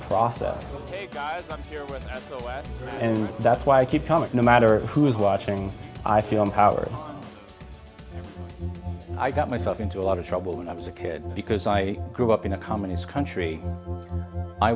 us and that's why i keep coming no matter who is watching i feel empowered i got myself into a lot of trouble when i was a kid because i grew up in a communist country i